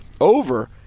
over